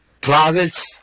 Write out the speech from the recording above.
travels